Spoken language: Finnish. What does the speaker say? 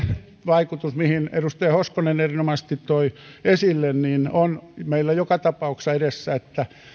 vaikutus minkä edustaja hoskonen erinomaisesti toi esille on meillä joka tapauksessa edessä että